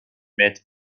mid